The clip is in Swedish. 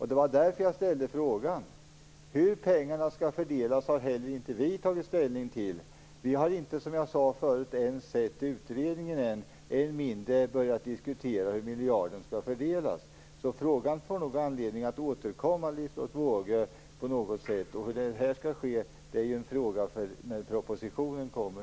Det var därför jag ställde frågan. Vi har inte heller tagit ställning till hur pengarna skall fördelas. Som jag sade förut, har vi inte ens sett utredningen än, och än mindre börjat diskutera hur miljarden skall fördelas. Vi får nog anledning att återkomma till frågan när propositionen kommer,